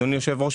אדוני היושב-ראש,